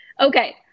okay